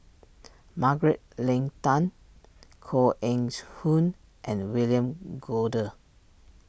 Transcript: Margaret Leng Tan Koh Eng Hoon and William Goode